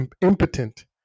impotent